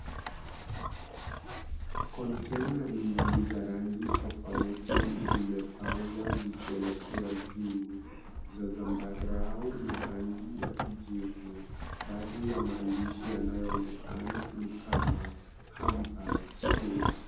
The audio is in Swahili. Kontena nyingi za rangi tofauti zimepangwa zikielekea juu, za zambarau na rangi ya kijivu. Baadhi ya maandishi yanayoonekana ni kama; Hamburg Sud.